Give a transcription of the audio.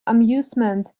amusement